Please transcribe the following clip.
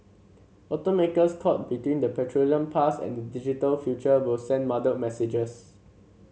automakers caught between the petroleum past and the digital future will send muddled messages